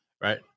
Right